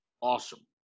awesome